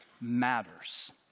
matters